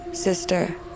Sister